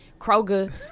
Kroger